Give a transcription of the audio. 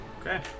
Okay